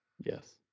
Yes